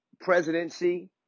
presidency